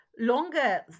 Longer